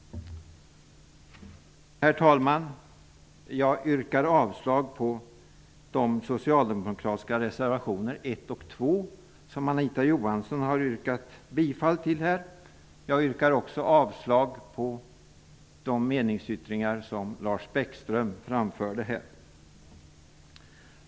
Herr talman! Jag yrkar avslag på de socialdemokratiska reservationerna 1 och 2, som Anita Johansson har yrkat bifall till. Jag yrkar också avslag på de meningsyttringar som Lars Bäckström framförde här.